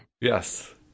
Yes